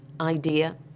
idea